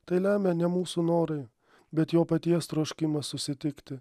tai lemia ne mūsų norai bet jo paties troškimas susitikti